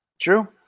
True